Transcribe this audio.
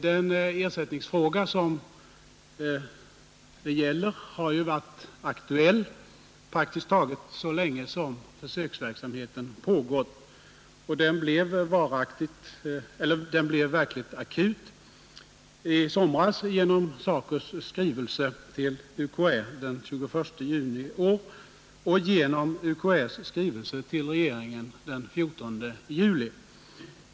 Den ersättningsfråga som det här gäller har ju varit aktuell praktiskt taget lika länge som försöksverksamheten har pågått. Den blev verkligt akut i somras genom SACO:s skrivelse till universitetskanslersämbetet den 21 juni i år. UKÄ tog upp frågan genom skrivelse till regeringen den 14 juli.